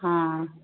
હા